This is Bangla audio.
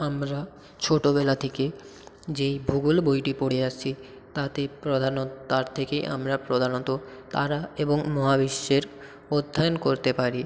আমরা ছোটোবেলা থেকে যেই ভূগোল বইটি পড়ে আসছি তাতে প্রধান তার থেকে আমরা প্রধানত তারা এবং মহাবিশ্বের অধ্যয়ন করতে পারি